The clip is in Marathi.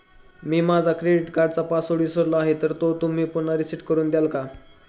मी माझा क्रेडिट कार्डचा पासवर्ड विसरलो आहे तर तुम्ही तो पुन्हा रीसेट करून द्याल का?